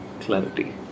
clarity